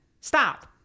stop